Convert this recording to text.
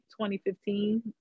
2015